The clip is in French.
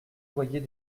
loyer